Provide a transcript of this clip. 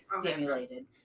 stimulated